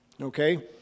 okay